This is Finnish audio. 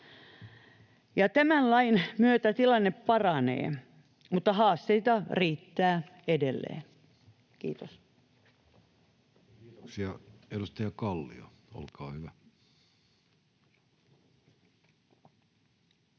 Tämän lain myötä tilanne paranee, mutta haasteita riittää edelleen. — Kiitos. Kiitoksia. — Edustaja Kallio, olkaa hyvä.